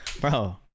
Bro